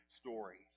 stories